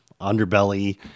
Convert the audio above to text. Underbelly